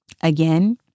Again